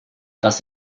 das